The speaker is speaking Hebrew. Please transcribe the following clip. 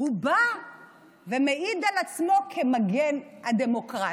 הוא בא ומעיד על עצמו כמגן הדמוקרטיה.